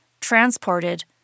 transported